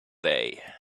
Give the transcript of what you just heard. day